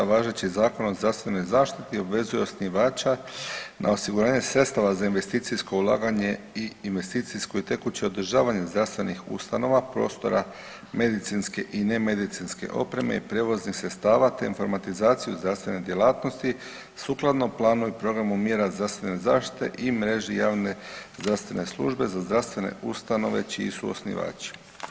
Važeći Zakon o zdravstvenoj zaštiti obvezuje osnivača na osiguranje sredstava za investicijsko ulaganje i investicijsko i tekuće održavanje zdravstvenih ustanova, prostora, medicinske i nemedicinske opreme i prijevoznih sredstava te informatizaciju zdravstvenih djelatnosti sukladno planu i programu mjera zdravstvene zaštite i mreži javne zdravstvene službe za zdravstvene ustanove čiji su osnivači.